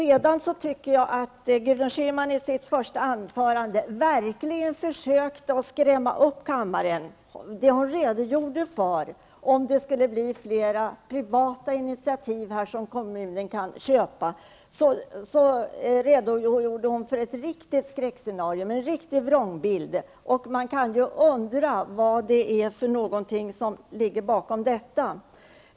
I sitt anförande försökte Gudrun Schyman verkligen skrämma upp kammaren. Hon redogjorde för ett skräckscenario när det blir fler privata initiativ som kommunen kan köpa, och hon visade en riktig vrångbild. Man kan undra vad det är som ligger bakom detta.